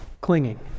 Clinging